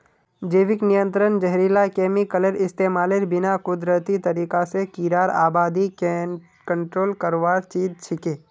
जैविक नियंत्रण जहरीला केमिकलेर इस्तमालेर बिना कुदरती तरीका स कीड़ार आबादी कंट्रोल करवार चीज छिके